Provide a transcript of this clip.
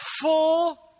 full